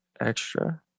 extra